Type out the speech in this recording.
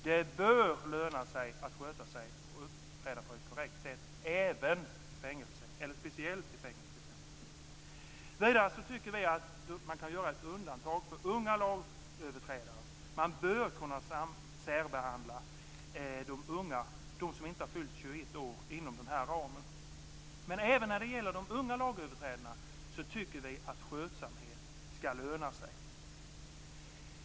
Det bör löna sig att sköta sig och uppträda på ett korrekt sätt även - eller speciellt kanske - i fängelse. Vidare tycker vi att man kan göra undantag för unga lagöverträdare. Man bör kunna särbehandla de unga, de som inte har fyllt 21 år, inom den här ramen. Men även när det gäller de unga lagöverträdarna tycker vi att skötsamhet skall löna sig.